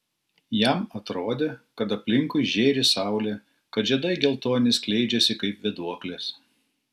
jam atrodė kad aplinkui žėri saulė kad žiedai geltoni skleidžiasi kaip vėduoklės